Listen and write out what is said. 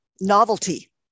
novelty